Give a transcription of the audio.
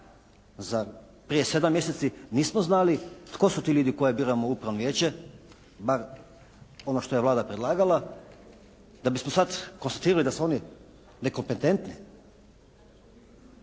Zar prije sedam mjeseci nismo znali tko su ti ljudi koje biramo u Upravno vijeće, bar ono što je Vlada predlagala, da bismo sada konstatirali da su oni nekompetentni.